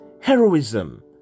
heroism